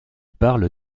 parle